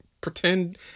pretend